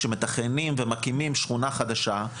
שמתכננים ומקימים שכונה חדשה,